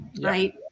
Right